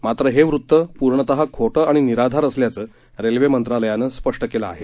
मात्र हे वृत्त पूर्णतः खोटं आणि निराधार असल्याचं रेल्वे मंत्रालयानं स्पष्ट केलं आहे